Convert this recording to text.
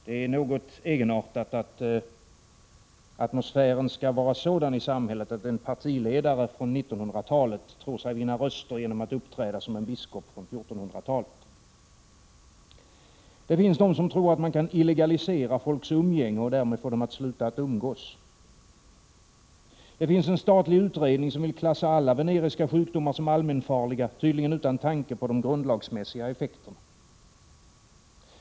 Det är något egenartat att atmosfären är sådan i samhället att en partiledare från 1900-talet tror sig vinna röster genom att uppträda som en biskop från 1400-talet. Det finns de som tror att man kan illegalisera folks umgänge och därmed få dem att sluta att umgås. Det finns en statlig utredning som vill klassa alla veneriska sjukdomar som allmänfarliga, tydligen utan tanke på de grundlagsmässiga effekterna.